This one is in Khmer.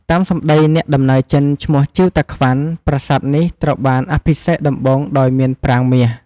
តាមសម្ដីអ្នកដំណើរចិនឈ្មោះ ជីវ តាក្វាន់ ប្រាសាទនេះត្រូវបានអភិសេកដំបូងដោយមានប្រាង្គមាស។